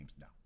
No